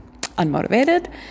unmotivated